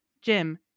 Jim